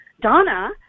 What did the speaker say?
Donna